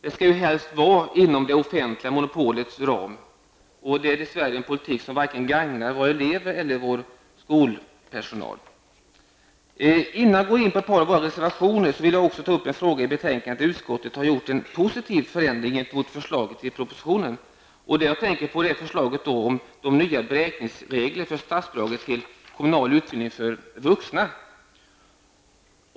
Där skall allt helst ske inom det offentliga monopolets ram. Det är dess värre en politik som varken gagnar våra elever eller vår skolpersonal. Innan jag går in på ett par av våra reservationer vill jag ta upp en fråga i betänkandet där utskottet har gjort en positiv förändring gentemot förslaget i propositionen. Det jag tänker på är förslaget om nya beräkningsregler för statsbidraget till kommunal utbildning för vuxna.